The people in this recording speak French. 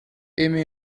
eme